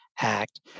Act